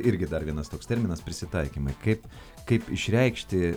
irgi dar vienas toks terminas prisitaikymai kaip kaip išreikšti